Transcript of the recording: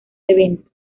evento